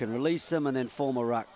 can release them an informal rock